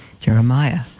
Jeremiah